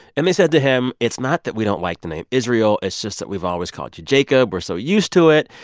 and they said to him, it's not that we don't like the name israel it's just that we've always called you jacob. we're so used to it.